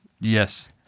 Yes